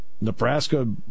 Nebraska